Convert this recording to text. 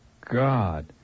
God